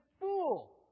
fool